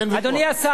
אדוני השר,